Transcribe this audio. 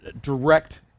direct